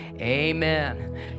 amen